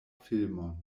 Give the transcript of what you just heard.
filmon